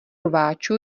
rváčů